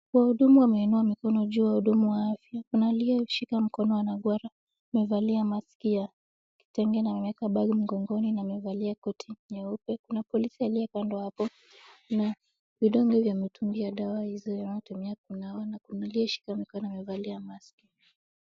Wahudumu wameinua mikono juu wahudumu wa afya, kuna aliyeshika mikono anagwara, amevalia maski ya kitenge na ameeka bagi mgongoni na amevalia koti nyeupe, kuna polisi aliye kando hapo na vidonge vya mitungi ya dawa hizo anayotumia kunawa na kuna aliyeshika mikono amevalia maski.